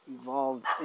evolved